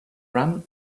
run